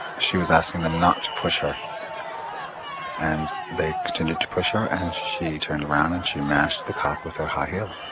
she was asking them not to push her and they continued to push her and she turned around and she mashed the cop with her high heels.